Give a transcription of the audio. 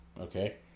Okay